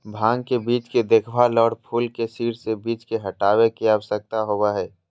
भांग के बीज के देखभाल, और फूल के सिर से बीज के हटाबे के, आवश्यकता होबो हइ